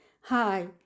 Hi